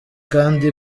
kandi